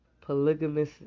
polygamous